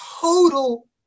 Total